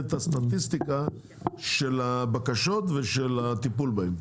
את הסטטיסטיקה של הבקשות ושל הטיפול בהן.